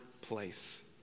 place